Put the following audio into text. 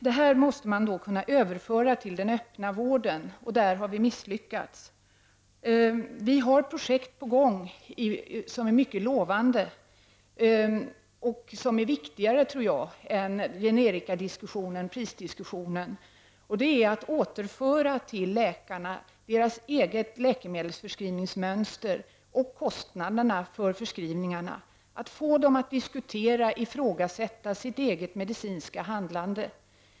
Detta måste man kunna överföra till den öppna vården, och där har vi misslyckats. Vi har projekt på gång som är mycket lovande. Det finns något som jag tror är viktigare än att föra diskussioner om priser och generika. Det handlar om att återföra till läkarna deras eget läkemedelsförskrivningsmönster och kostnaderna för förskrivningarna och att få dem att ifrågasätta och diskutera sitt eget medicinska handlande.